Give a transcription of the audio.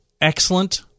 excellent